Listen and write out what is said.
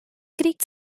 creek